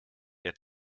der